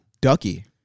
Ducky